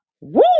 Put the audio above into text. Woo